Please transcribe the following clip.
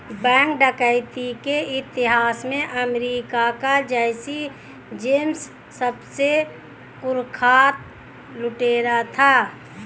bank डकैती के इतिहास में अमेरिका का जैसी जेम्स सबसे कुख्यात लुटेरा था